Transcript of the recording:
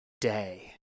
day